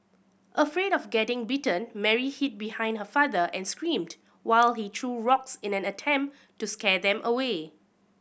afraid of getting bitten Mary hid behind her father and screamed while he threw rocks in an attempt to scare them away